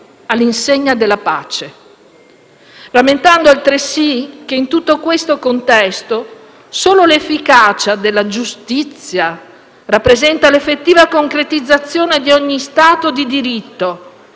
all'insegna della pace.